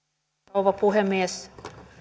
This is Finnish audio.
rouva puhemies